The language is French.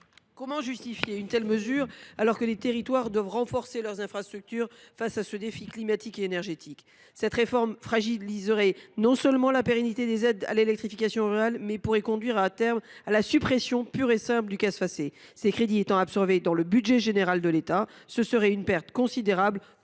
Comment justifier une telle mesure, alors que les territoires doivent renforcer leurs infrastructures face au défi climatique et énergétique ? Cette réforme non seulement fragiliserait la pérennité des aides à l’électrification rurale, mais pourrait conduire à la suppression pure et simple du CAS Facé. L’absorption de ses crédits dans le budget général de l’État serait une perte considérable pour nos